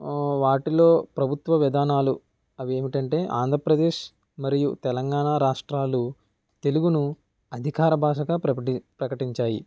వాటిలో ప్రభుత్వ విధానాలు అవి ఏమిటంటే ఆంధ్రప్రదేశ్ మరియు తెలంగాణ రాష్ట్రాలు తెలుగును అధికార భాషగా ప్రకటి ప్రకటించాయి